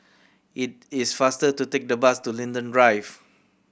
it is faster to take the bus to Linden Drive